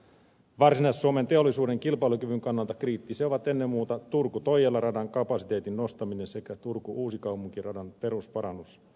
varsinais suomen teollisuuden kilpailukyvyn kannalta kriittisiä ovat ennen muuta turkutoijala radan kapasiteetin nostaminen sekä turkuuusikaupunki radan perusparannus